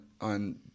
on